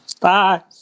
Bye